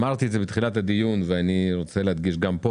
אמרתי בתחילת הדיון ואני רוצה להדגיש גם עכשיו,